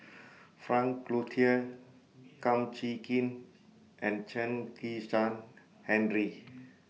Frank Cloutier Kum Chee Kin and Chen Kezhan Henri